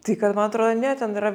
tai kad man atrodo ne ten yra